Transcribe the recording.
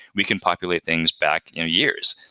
we can populate things back years.